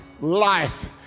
life